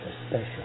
special